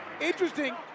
Interesting